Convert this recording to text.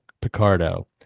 picardo